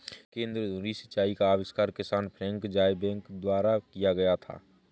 केंद्र धुरी सिंचाई का आविष्कार किसान फ्रैंक ज़ायबैक द्वारा किया गया था